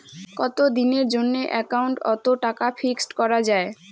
কতদিনের জন্যে একাউন্ট ওত টাকা ফিক্সড করা যায়?